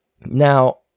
Now